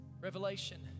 Revelation